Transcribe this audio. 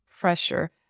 pressure